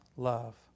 love